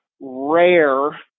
rare